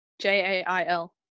J-A-I-L